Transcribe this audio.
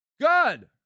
Good